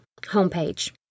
homepage